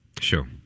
Sure